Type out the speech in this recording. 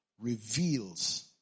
reveals